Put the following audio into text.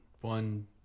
one-